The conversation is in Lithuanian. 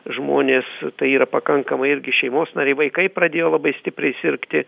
žmonės tai yra pakankamai irgi šeimos nariai vaikai pradėjo labai stipriai sirgti